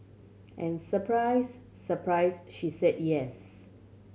and surprise surprise she said yes